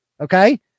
Okay